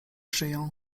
żyją